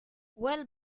well